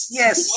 yes